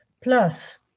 plus